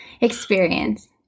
experience